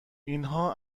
اینها